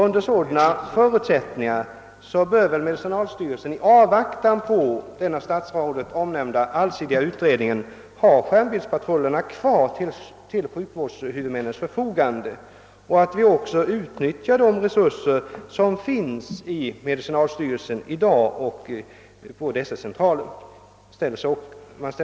Under sådana förutsättningar bör väl medicinalstyrelsen i avvaktan på den av statsrådet omnämnda allsidiga utredningen ha skärmbildspatrullerna kvar till sjukvårdshuvudmännens förfogande, och vi bör väl även utnyttja de resurser som i dag finns inom medicinalstyrelsen och skärmbildscentralen.